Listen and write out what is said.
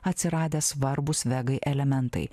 atsiradę svarbūs vegai elementai